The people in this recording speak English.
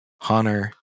hunter